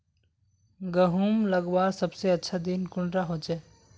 गहुम लगवार सबसे अच्छा दिन कुंडा होचे?